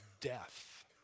death